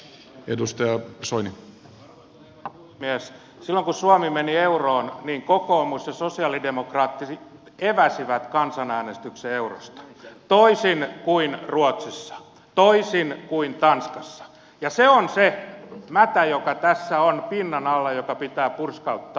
silloin kun suomi meni euroon kokoomus ja sosialidemokraatit eväsivät kansanäänestyksen eurosta toisin kuin ruotsissa toisin kuin tanskassa ja se on se mätä joka tässä on pinnan alla joka pitää purskauttaa